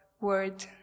word